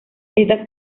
estas